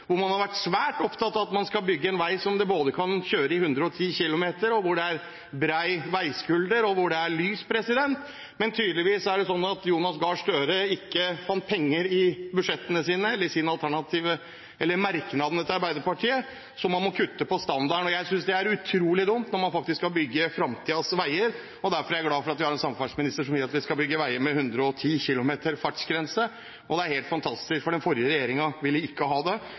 hvor man har vært svært opptatt av at man skal bygge en vei hvor det kan kjøres i 110 km/t, hvor det er bred veiskulder, og hvor det er lys. Men det er tydeligvis sånn at Jonas Gahr Støre ikke fant penger i budsjettene sine, eller i merknadene til Arbeiderpartiet, så man må kutte på standarden. Jeg synes det er utrolig dumt når man faktisk skal bygge fremtidens veier, og derfor er jeg glad for at vi har en samferdselsminister som vil at vi skal bygge veier med 110 km/t fartsgrense. Det er helt fantastisk. Den forrige regjeringen ville ikke ha det,